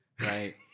Right